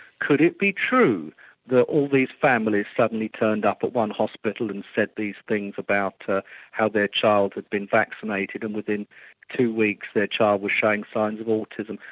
could it be true that all these families suddenly turned up at one hospital and said these things about how their child had been vaccinated and within two weeks their child was showing signs of autism.